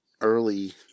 early